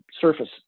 surface